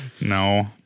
No